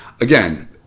Again